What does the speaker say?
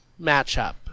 matchup